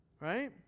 Right